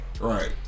Right